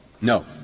no